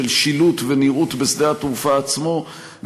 של שילוט ונראוּת בשדה התעופה עצמו,